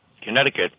Connecticut